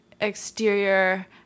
exterior